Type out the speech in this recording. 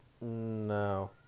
no